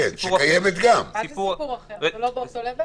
לא,